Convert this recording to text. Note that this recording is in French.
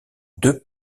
deux